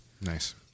nice